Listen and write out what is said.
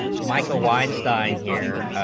michael weinstein here,